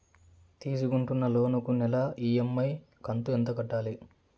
తీసుకుంటున్న లోను కు నెల ఇ.ఎం.ఐ కంతు ఎంత కట్టాలి?